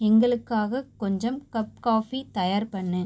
எங்களுக்காக கொஞ்சம் cup coffee தயார் பண்ணு